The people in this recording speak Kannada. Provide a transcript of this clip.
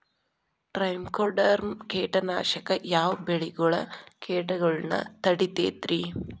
ಟ್ರೈಕೊಡರ್ಮ ಕೇಟನಾಶಕ ಯಾವ ಬೆಳಿಗೊಳ ಕೇಟಗೊಳ್ನ ತಡಿತೇತಿರಿ?